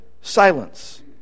silence